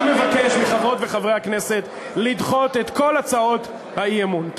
אני מבקש מחברות וחברי הכנסת לדחות את כל הצעות האי-אמון.